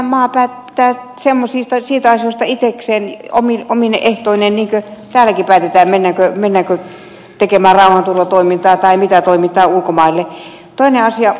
mutta jokainen maa päättää niistä asioista itsekseen omine ehtoineen niin kuin täälläkin päätetään mennäänkö tekemään rauhanturvatoimintaa tai mitä toimintaa ulkomaille